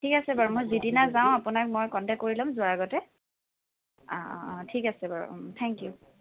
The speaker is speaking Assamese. ঠিক আছে বাৰু মই যিদিনা যাওঁ আপোনাক মই কণ্টেক কৰি ল'ম যোৱাৰ আগতে অঁ অঁ অঁ ঠিক আছে বাৰু থেংক ইউ